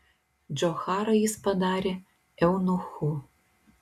džocharą jis padarė eunuchu